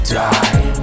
die